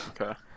Okay